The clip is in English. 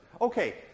Okay